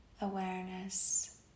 awareness